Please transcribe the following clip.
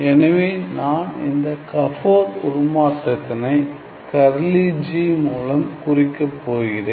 எனவே நான் இந்த கபோர் உருமாற்றத்தினை கர்லி G மூலம் குறிக்கப் போகிறேன்